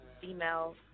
female